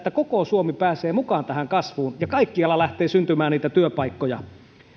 koko suomi pääsee mukaan tähän kasvuun ja kaikkialla lähtee syntymään niitä työpaikkoja